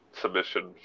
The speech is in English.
submission